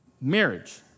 marriage